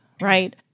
right